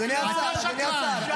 שקרן, שקרן, שקרן.